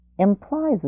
implies